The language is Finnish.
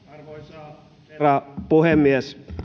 arvoisa herra puhemies